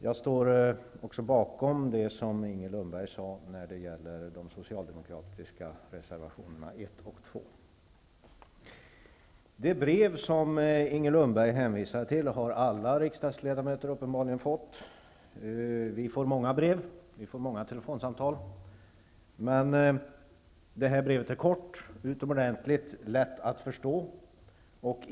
Jag står också bakom det som Inger Lundberg sade när det gäller de socialdemokratiska reservationerna 1 och 2. Det brev som Inger Lundberg hänvisade till har uppenbarligen alla riksdagsledamöter fått. Vi får många brev och vi får många telefonsamtal, men det här brevet är kort och utomordentligt lätt att förstå.